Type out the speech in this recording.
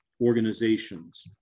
organizations